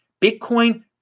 Bitcoin